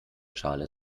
schale